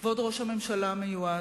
כבוד ראש הממשלה המיועד,